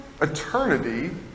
eternity